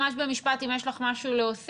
ממש במשפט אם יש לך משהו להוסיף,